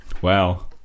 Wow